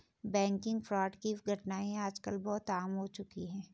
banking fraud की घटनाएं आज कल बहुत आम हो चुकी है